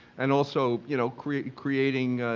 and also, you know, creating creating